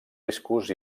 riscos